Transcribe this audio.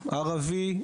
ערבי,